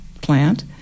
plant